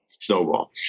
Snowball